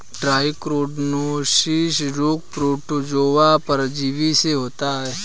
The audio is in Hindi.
ट्राइकोडिनोसिस रोग प्रोटोजोआ परजीवी से होता है